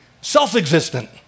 self-existent